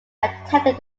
attended